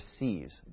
receives